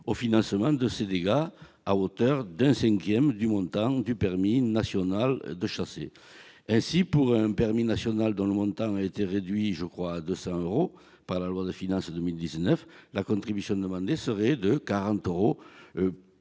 au financement des dégâts de grand gibier à hauteur d'un cinquième du montant du permis national de chasser. Ainsi, pour un permis national dont le montant a été réduit, me semble-t-il, à 200 euros par la loi de finances pour 2019, la contribution demandée sera de 40 euros